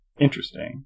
interesting